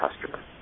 customer